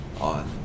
On